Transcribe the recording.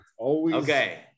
Okay